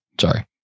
sorry